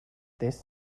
this